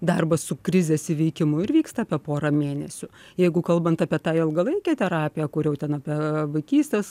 darbas su krizės įveikimu ir vyksta apie porą mėnesių jeigu kalbant apie tą ilgalaikę terapiją kur jau ten apie vaikystės